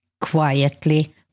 quietly